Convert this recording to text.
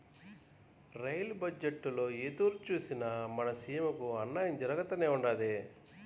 rail బజ్జెట్టులో ఏ తూరి సూసినా మన సీమకి అన్నాయం జరగతానే ఉండాది